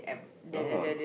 no